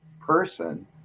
person